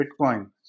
Bitcoin